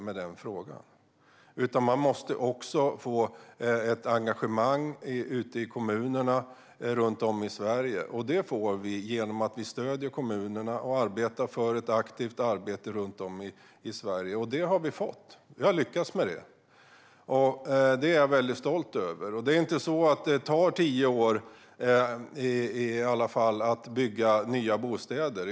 Man måste också få ett engagemang ute i kommunerna runt om i Sverige, och det får vi genom att vi stöder kommunerna och arbetar för ett aktivt arbete runt om i Sverige. Det har vi fått. Vi har lyckats med det. Och det är jag stolt över. Det är inte på det sättet att det tar tio år att bygga nya bostäder.